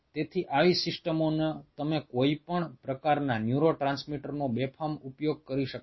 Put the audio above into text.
તેથી આવી સિસ્ટમોમાં તમે કોઈપણ પ્રકારના ન્યુરોટ્રાન્સમીટરનો બેફામ ઉપયોગ કરી શકતા નથી